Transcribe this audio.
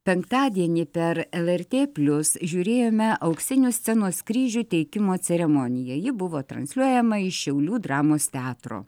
penktadienį per lrt plius žiūrėjome auksinių scenos kryžių teikimo ceremoniją ji buvo transliuojama iš šiaulių dramos teatro